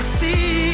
see